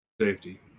safety